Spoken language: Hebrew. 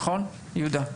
נכון יהודה?